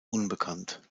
unbekannt